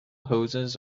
hoses